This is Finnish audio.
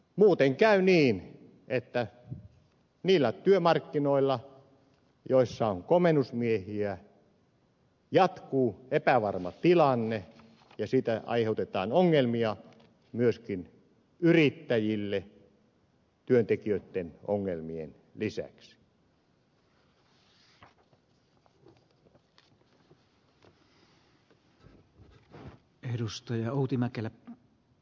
muuten käy niin että niillä työmarkkinoilla missä on komennusmiehiä jatkuu epävarma tilanne ja siten aiheutetaan ongelmia myös yrittäjille työntekijöitten ongelmien lisäksi